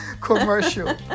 commercial